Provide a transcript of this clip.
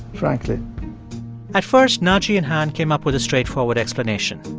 frankly at first, naci and han came up with a straightforward explanation.